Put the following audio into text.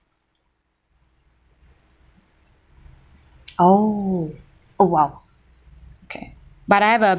oh oh !wow! okay but I have a